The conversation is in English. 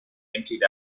emptied